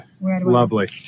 Lovely